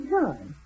time